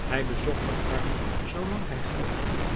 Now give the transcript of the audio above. hij bezocht de armen zoolang hij geld had